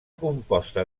composta